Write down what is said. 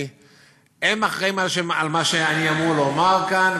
הם אחראים למה שאני אמור לומר כאן,